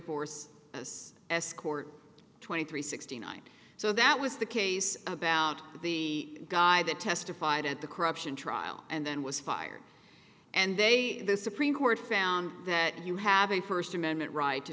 force escort twenty three sixty nine so that was the case about the guy that testified at the corruption trial and then was fired and they the supreme court found that you have a first amendment right to